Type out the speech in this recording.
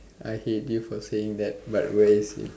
I hate you for saying that but where is it